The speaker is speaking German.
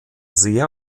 sehr